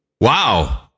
Wow